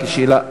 רק שאלה.